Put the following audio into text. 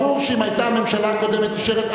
ברור שאם היתה הממשלה הקודמת נשארת,